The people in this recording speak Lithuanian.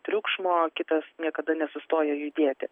triukšmo kitas niekada nesustoja judėti